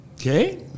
Okay